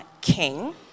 king